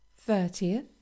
thirtieth